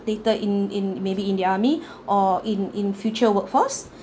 later in in maybe in the army or in in future workforce